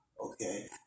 okay